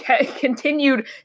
continued